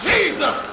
Jesus